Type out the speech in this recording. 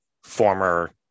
Former